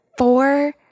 Four